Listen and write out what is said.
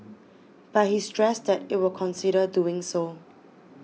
but he stressed that it will consider doing so